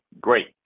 great